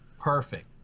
perfect